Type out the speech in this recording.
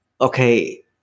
okay